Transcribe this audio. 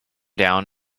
down